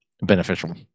beneficial